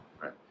right